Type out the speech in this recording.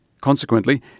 Consequently